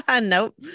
Nope